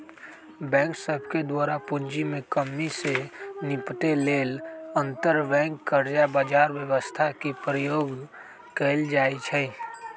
bank सभके द्वारा पूंजी में कम्मि से निपटे लेल अंतरबैंक कर्जा बजार व्यवस्था के प्रयोग कएल जाइ छइ